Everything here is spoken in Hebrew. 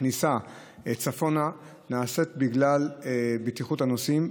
הכניסה צפונה נעשית בשביל בטיחות הנוסעים,